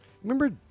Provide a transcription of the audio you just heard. Remember